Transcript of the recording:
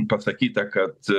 pasakyta kad